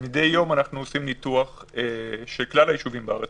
מדי יום אנחנו עושים ניתוח של כלל היישובים בארץ